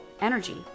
energy